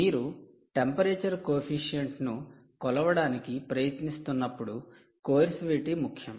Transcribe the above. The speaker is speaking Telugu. మీరు టెంపరేచర్ కోఎఫిషిఎంట్ ను కొలవడానికి ప్రయత్నిస్తున్నప్పుడు కోర్సివిటీ ముఖ్యం